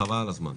חבל על הזמן.